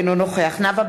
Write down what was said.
אינו נוכח נאוה בוקר,